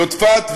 יודפת,